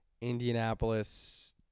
Indianapolis